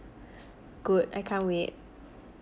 good I can't wait